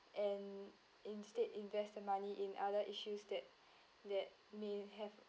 and instead invest the money in other issues that that may have